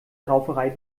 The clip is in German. rauferei